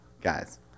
guys